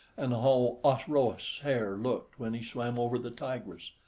and how osroes' hair looked when he swam over the tigris,